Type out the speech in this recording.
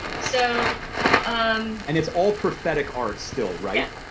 so um and it's all prophetic art still, right?